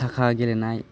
साखा गेलेनाय